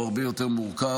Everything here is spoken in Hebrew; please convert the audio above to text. הוא הרבה יותר מורכב,